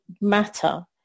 matter